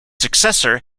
successor